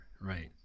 Right